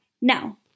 Now